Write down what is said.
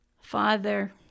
Father